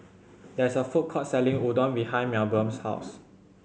there is a food court selling Udon behind Melbourne's house